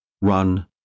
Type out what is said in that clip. run